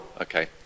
Okay